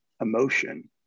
emotion